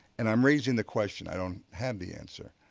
and i'm raising the question, i don't have the answer